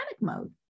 mode